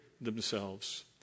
themselves